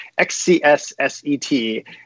XCSSet